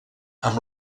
amb